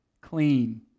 clean